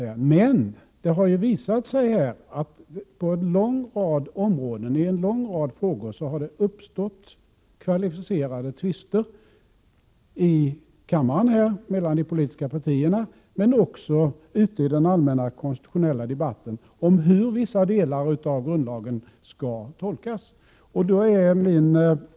Det har emellertid visat sig att det på en lång rad områden och i ett stort antal frågor — mellan de politiska partierna i denna kammare men också i den allmänna konstitutionella debatten — har uppstått kvalificerade tvister om tolkningen av vissa delar av grundlagen.